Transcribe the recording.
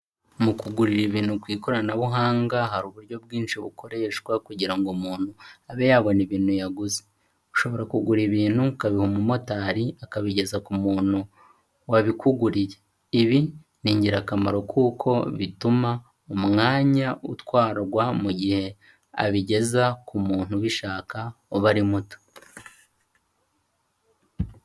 Mu kugurira ibintu ku ikoranabuhanga, hari uburyo bwinshi bukoreshwa kugira ngo umuntu abe yabona ibintu yaguze, ushobora kugura ibintu ukabiha umumotari akabigeza ku muntu, wabikuguriye, ibi ni ingirakamaro kuko bituma, umwanya utwarwa mu gihe abigeza ku muntu ubishaka, uba ari muto.